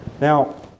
Now